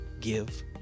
give